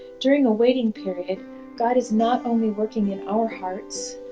during a waiting period god is not only working and our hearts,